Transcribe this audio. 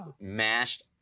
mashed